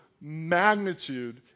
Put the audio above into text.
magnitude